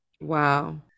Wow